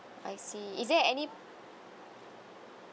I see is there any